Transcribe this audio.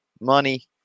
money